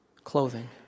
Clothing